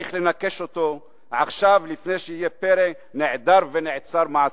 צריך לנכש אותו עכשיו לפני שיהיה פרא נעדר מעצור.